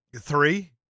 three